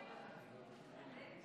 ההסתייגות